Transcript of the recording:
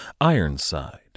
Ironside